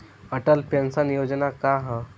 Atal pension Yojana का ह?